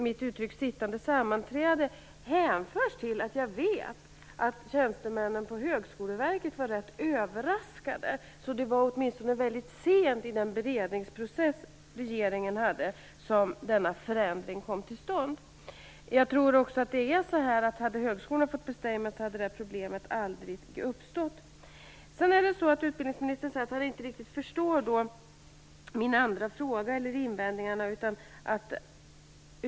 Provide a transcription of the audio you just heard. Mitt uttryck "sittande sammanträde" hänförs till att jag vet att tjänstemännen på Högskoleverket var rätt överraskade, så det måste ha varit väldigt sent i den beredningsprocess som regeringen hade som denna förändring kom till stånd. Hade högskolan fått bestämma hade problemet aldrig uppstått. Utbildningsministern säger att han inte riktigt förstår min andra fråga eller de invändningar jag har.